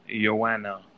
Joanna